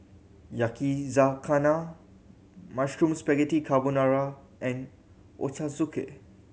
Yakizakana Mushroom Spaghetti Carbonara and Ochazuke